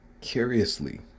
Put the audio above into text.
curiously